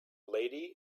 lady